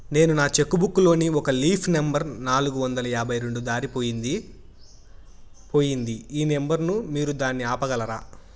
నేను నా cheque book లోని ఒక లీఫ్ నెంబర్ నాలుగు వందల యాభై రెండు దారిపొయింది పోయింది ఈ నెంబర్ ను మీరు దాన్ని ఆపగలరా?